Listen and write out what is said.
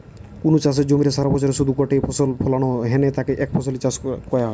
কুনু চাষের জমিরে সারাবছরে শুধু গটে ফসল ফলানা হ্যানে তাকে একফসলি চাষ কয়া হয়